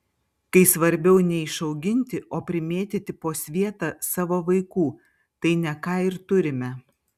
kai svarbiau ne išauginti o primėtyti po svietą savo vaikų tai ne ką ir turime